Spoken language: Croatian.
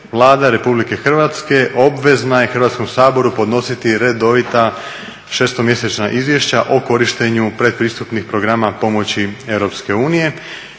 Vlada Republike Hrvatske obvezna je Hrvatskom saboru podnositi redovita šestomjesečna izvješća o korištenju pretpristupnih programa pomoći EU.